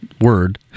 word